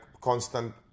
constant